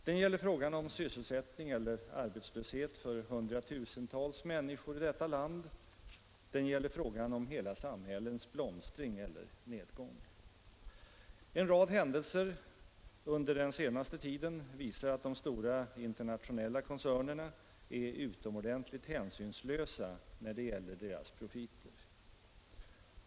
Det gäller frågan om sysselsättning eller arbetslöshet för hundratusentals människor i detta land, det gäller frågan om hela samhällens blomstring eller nedgång. En rad händelser under den senaste tiden visar att de stora internationella koncernerna är utomordentligt hänsynslösa när det gäller deras profiter.